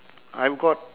I've got